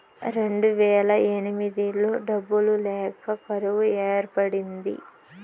రెండువేల ఎనిమిదిలో డబ్బులు లేక కరువు ఏర్పడింది